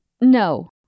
No